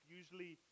usually